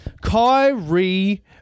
Kyrie